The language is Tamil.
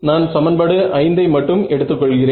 நான் சமன்பாடு 5 ஐ மட்டும் எடுத்து கொள்கிறேன்